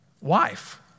Wife